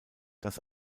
das